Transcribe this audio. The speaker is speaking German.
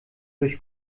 durch